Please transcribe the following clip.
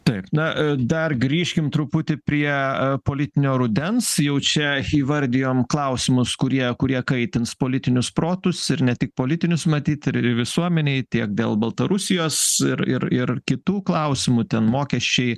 taip na dar grįžkim truputį prie politinio rudens jau čia įvardijom klausimus kurie kurie kaitins politinius protus ir ne tik politinius matyt ir ir visuomenei tiek dėl baltarusijos ir ir ir kitų klausimų ten mokesčiai